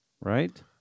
Right